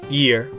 year